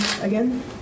again